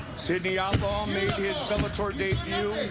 sidney outlaw made his sidney